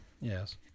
Yes